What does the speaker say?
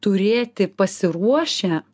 turėti pasiruošę